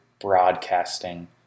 broadcasting